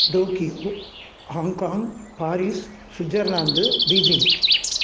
Tokyo Hong Kong Paris Switzerland Beijing